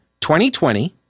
2020